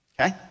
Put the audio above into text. Okay